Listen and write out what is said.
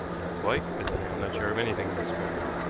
not quite, but then i am not sure of anything in this affair yet.